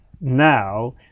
now